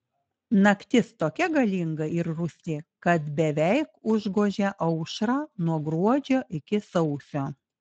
naktis tokia galinga ir rūsti kad beveik užgožia aušrą nuo gruodžio iki sausio